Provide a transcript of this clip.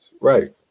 Right